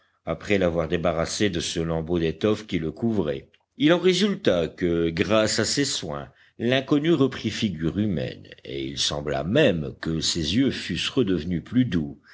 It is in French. après l'avoir débarrassé de ce lambeau d'étoffe qui le couvrait il en résulta que grâce à ces soins l'inconnu reprit figure humaine et il sembla même que ses yeux fussent redevenus plus doux